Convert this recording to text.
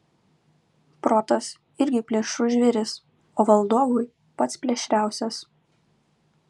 protas irgi plėšrus žvėris o valdovui pats plėšriausias